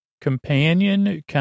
Companion